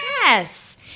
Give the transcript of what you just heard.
Yes